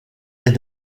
est